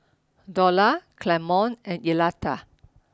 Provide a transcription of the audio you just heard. Dorla Clemon and Electa